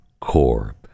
core